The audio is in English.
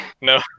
No